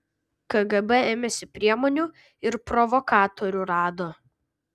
kgb ėmėsi priemonių ir provokatorių rado